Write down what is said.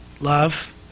Love